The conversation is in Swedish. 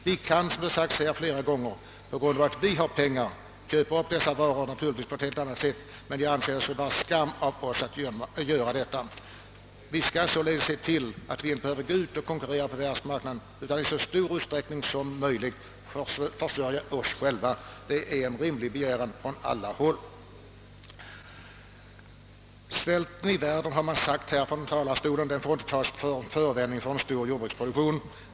Vi kan, som sagts här flera gånger, naturligtvis köpa upp varor på ett helt annat sätt än andra därför att vi har pengar, men det skulle vara en skam om vi gjorde det. Vi måste se till att vi inte behöver gå ut och konkurrera på världsmarknaden, utan att vi i så stor utsträckning som möjligt försörjer oss själva. Detta är en rimlig begäran. Svälten i världen, har man sagt från denna talarstol, får inte tas som förevändning för en stor jordbruksproduktion.